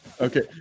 Okay